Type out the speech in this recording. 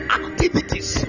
activities